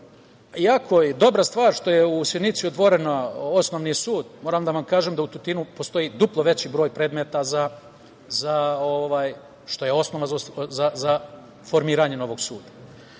jako je dobra stvar što je u Sjenici otvoren Osnovni sud. Moram da vam kažem da u Tutinu postoji duplo veći broj predmeta, što je osnova za formiranje novog suda.